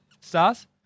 stars